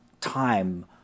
time